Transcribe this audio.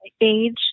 age